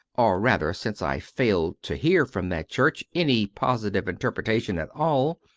or rather since i failed to hear from that church any positive interpretation at all,